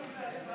תודה.